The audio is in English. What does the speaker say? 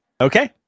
Okay